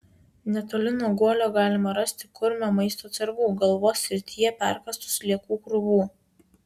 netoli nuo guolio galima rasti kurmio maisto atsargų galvos srityje perkąstų sliekų krūvų